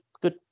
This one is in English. good